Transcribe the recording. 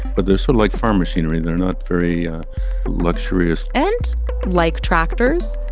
but they're sort of like farm machinery. they're not very luxurious and like tractors,